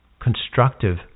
constructive